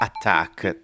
attack